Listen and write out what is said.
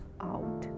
out